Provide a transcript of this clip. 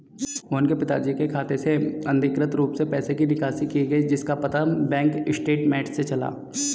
मोहन के पिताजी के खाते से अनधिकृत रूप से पैसे की निकासी की गई जिसका पता बैंक स्टेटमेंट्स से चला